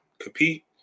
Compete